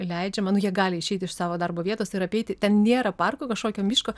leidžiama nu jie gali išeiti iš savo darbo vietos ir apeiti ten nėra parko kažkokio miško